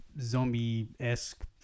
zombie-esque